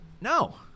no